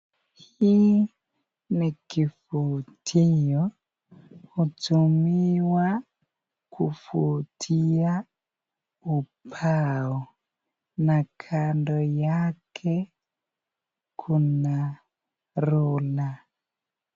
Hii ni kifutiyo, hutumiwa kufutia ubao na kando yake kuna rula.